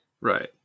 Right